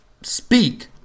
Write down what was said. speak